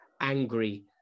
angry